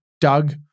Doug